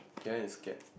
can I escape